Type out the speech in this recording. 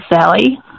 Sally